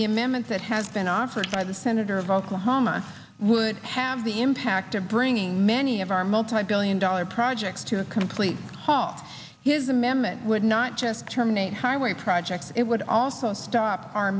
the amendments that has been offered by the senator of oklahoma would have the impact of bringing many of our multibillion dollar projects to a complete halt his amendment would not just terminate highway projects it would also stop our